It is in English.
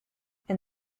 and